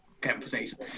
conversation